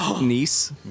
niece